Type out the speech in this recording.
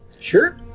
Sure